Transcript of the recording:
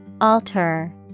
Alter